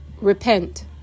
Repent